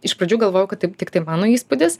iš pradžių galvojau kad taip tiktai mano įspūdis